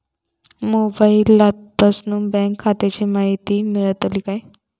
मोबाईलातसून बँक खात्याची माहिती मेळतली काय?